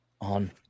on